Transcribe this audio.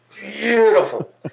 beautiful